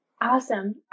awesome